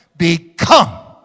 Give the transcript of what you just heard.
become